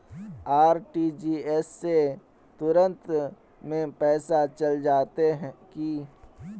RTGS से तुरंत में पैसा चल जयते की?